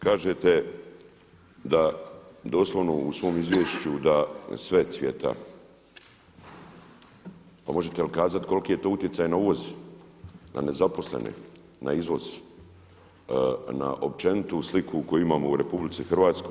Kažete da doslovno u svom izvješću da sve cvjeta, pa možete li kazati koliki je to utjecaj na uvoz, na nezaposlene, na izvoz, na općenitu sliku koju imamo u RH.